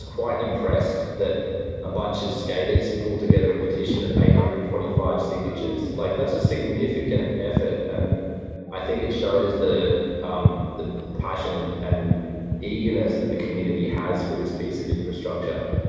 quite impressed that a bunch of skaters pulled together a petition of eight hundred and twenty five signatures. like that's a significant effort and i think it shows the um the passion and and eagerness that the community has for this piece of infrastructure.